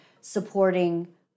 supporting